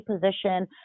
position